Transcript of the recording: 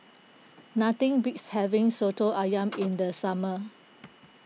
nothing beats having Soto Ayam in the summer